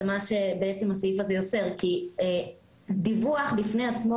מה שבעצם הסעיף הזה יוצר כי דיווח בפני עצמו,